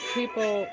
people